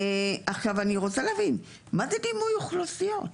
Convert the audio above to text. אני רוצה להבין, מה זה דימוי אוכלוסיות?